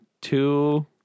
Two